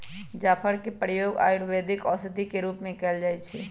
जाफर के प्रयोग आयुर्वेदिक औषधि के रूप में कएल जाइ छइ